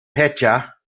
pitcher